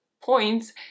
points